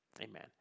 amen